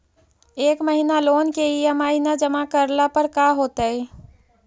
एक महिना लोन के ई.एम.आई न जमा करला पर का होतइ?